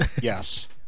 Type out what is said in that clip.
Yes